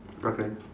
okay